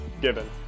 given